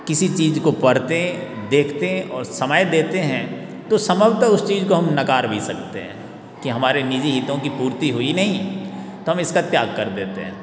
किसी चीज को पढ़ते देखते और समय देते हैं तो संभवतः हम उस चीज को नकार भी सकते हैं कि हमारे निजी हितों की पूर्ति हुई नहीं तो हम इसका त्याग कर देते हैं